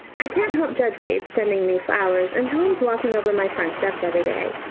i can't help judge wade's sending me flowers and tom's walking over my front steps every day.